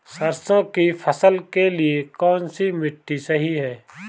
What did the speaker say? सरसों की फसल के लिए कौनसी मिट्टी सही हैं?